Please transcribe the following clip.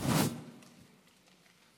אדוני היושב-ראש,